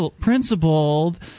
principled